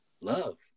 Love